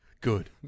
good